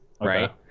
right